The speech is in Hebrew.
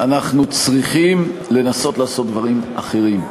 אנחנו צריכים לנסות לעשות דברים אחרים.